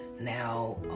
now